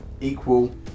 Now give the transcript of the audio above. equal